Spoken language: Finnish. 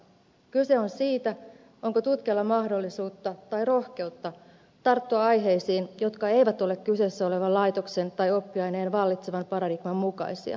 kyse on siitä onko tutkijalla mahdollisuutta tai rohkeutta tarttua aiheisiin jotka eivät ole kyseessä olevan laitoksen tai oppiaineen vallitsevan paradigman mukaisia